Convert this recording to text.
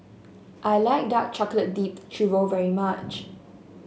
I like Dark Chocolate Dipped Churro very much